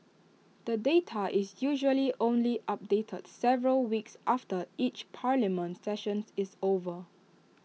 the data is usually only updated several weeks after each parliament sessions is over